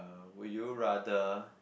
uh will you rather